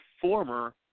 former